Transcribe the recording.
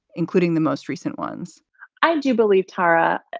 including the most recent ones i do believe, tara.